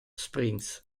springs